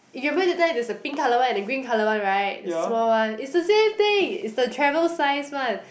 you remember that time there is a pink colour one and a green colour one right the small one it's the same thing it's the travel size one